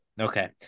Okay